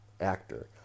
actor